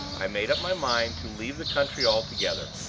i made up my mind to leave the country altogether.